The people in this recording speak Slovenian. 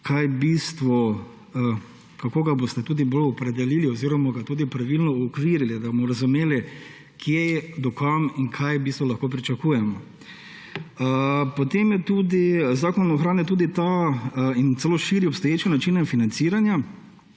kaj je bistvo, kako ga boste tudi bolj opredelili oziroma ga tudi pravilno uokvirili, da bomo razumeli, kje, do kam in kaj v bistvu lahko pričakujemo. Potem zakon ohranja tudi ta in celo širi obstoječe načine financiranja,